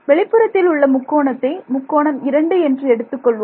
வெளிப்புறத்தில் உள்ள முக்கோணத்தை முக்கோணம் 2 என்று எடுத்துக்கொள்வோம்